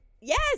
yes